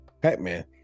pac-man